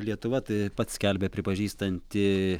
lietuva taip pat skelbia pripažįstanti